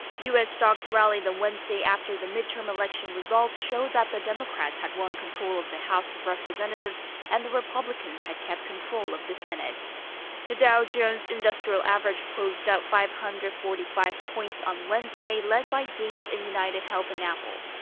u s. stocks rallied on wednesday after the midterm election results showed that the democrats had won control of the house of representatives and the republicans had kept control of the senate. the dow jones industrial average closed up five hundred and forty five points on wednesday, led by gains in unitedhealth and apple.